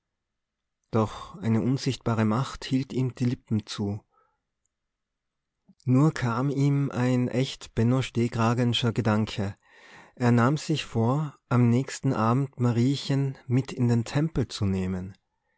doch eine unsichtbare macht hielt ihm die lippen zu nur kam ihm ein echt benno stehkragenscher gedanke er nahm sich vor am nächsten abend mariechen mit in den tempel zu nehmen